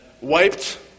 wiped